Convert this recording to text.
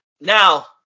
Now